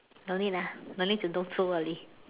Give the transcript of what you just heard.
don't need ah don't need to know so early